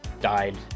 died